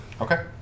Okay